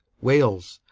wales.